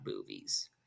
movies